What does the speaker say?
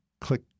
click